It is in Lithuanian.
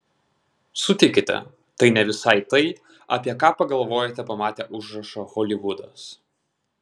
sutikite tai ne visai tai apie ką pagalvojate pamatę užrašą holivudas